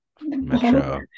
Metro